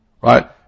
right